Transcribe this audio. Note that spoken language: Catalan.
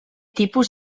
tipus